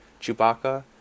Chewbacca